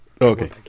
Okay